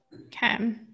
Okay